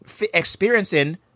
experiencing